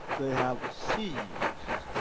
they have ceased